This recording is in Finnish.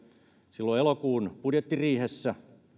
silloin elokuun budjettiriihessä